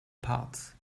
parts